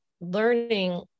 learning